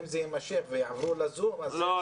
אם זה יימשך ויעברו לזום אז --- לא,